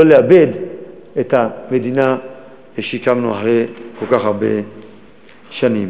לאבד את המדינה שהקמנו אחרי כל כך הרבה שנים.